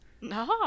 No